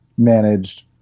Managed